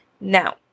Now